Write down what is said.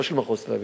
לא של מחוז תל-אביב,